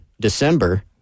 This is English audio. December